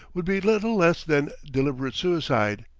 would be little less than deliberate suicide,